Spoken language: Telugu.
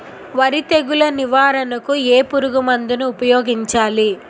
వరి తెగుల నివారణకు ఏ పురుగు మందు ను ఊపాయోగించలి?